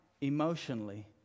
emotionally